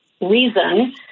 reason